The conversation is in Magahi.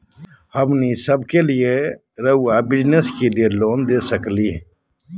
हमने सब के लिए रहुआ बिजनेस के लिए लोन दे सके ला?